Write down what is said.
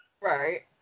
right